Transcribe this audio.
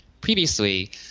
previously